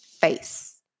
face